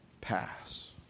pass